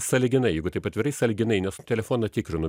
sąlyginai jeigu taip atvirai sąlyginai nes telefoną tikrinu